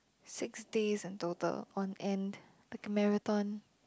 six days in total on end like a marathon